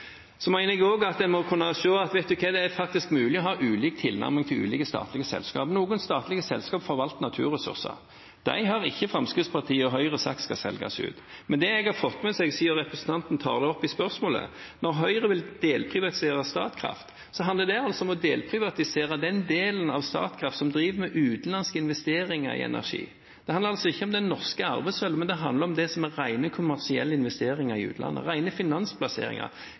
Jeg mener også at en må kunne se at det faktisk er mulig å ha ulik tilnærming til ulike statlige selskaper. Noen statlige selskaper forvalter naturressurser – og dem har ikke Fremskrittspartiet og Høyre sagt skal selges ut. Men det har en ikke fått med seg, siden representanten tar det opp i spørsmålet. Når Høyre vil delprivatisere Statkraft, handler det om å delprivatisere den delen av Statkraft som driver med utenlandske investeringer i energi. Det handler altså ikke om det norske arvesølvet, men om det som er rene kommersielle investeringer i utlandet, rene finansplasseringer.